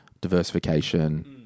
diversification